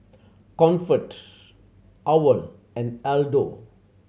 Comfort owl and Aldo